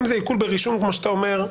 אם זה עיקול ברישום כמו שאתה אומר,